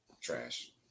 trash